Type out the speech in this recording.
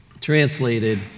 translated